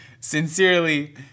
Sincerely